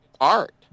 art